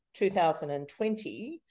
2020